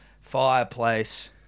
fireplace